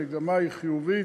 המגמה היא חיובית,